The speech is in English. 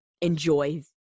enjoy